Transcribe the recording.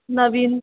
नवीन